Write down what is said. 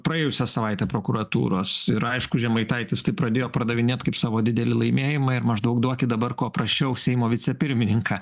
praėjusią savaitę prokuratūros ir aišku žemaitaitis tai pradėjo pardavinėt kaip savo didelį laimėjimą ir maždaug duokit dabar ko prašiau seimo vicepirmininką